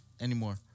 anymore